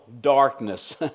darkness